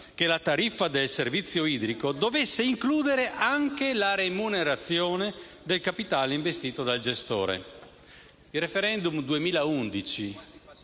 che la tariffa del servizio idrico dovesse includere anche la remunerazione del capitale investito dal gestore.